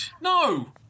No